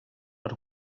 per